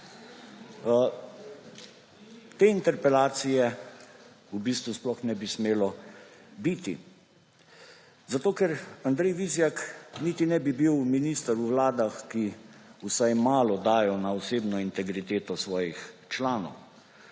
Te interpelacije v bistvu sploh ne bi smelo biti, zato ker Andrej Vizjak niti ne bi bil minister v vladah, ki vsaj malo dajo na osebno integriteto svojih članov,